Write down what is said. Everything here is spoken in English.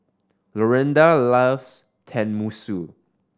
Lorinda loves Tenmusu